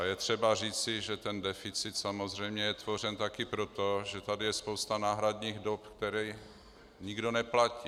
A je třeba říci, že deficit samozřejmě je tvořen taky proto, že tady je spousta náhradních dob, které nikdo neplatí.